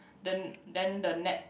then then the next